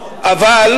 קצבאות.